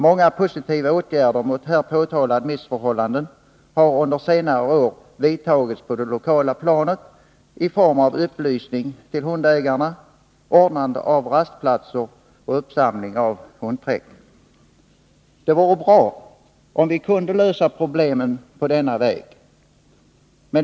Många positiva Nr 28 åtgärder mot här påtalade missförhållanden har under senare år vidtagits på Onsdagen den det lokala planet i form av upplysning till hundägarna, ordnande av 17 november 1982 rastplatser och uppsamling av hundträck. Det vore bra om vi kunde lösa problemen på denna väg.